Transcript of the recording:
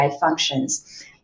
functions